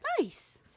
Nice